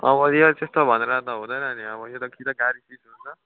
यो त्यस्तो भनेर त हुँदैन नि अब यो त कि त गाडी सिस हुन्छ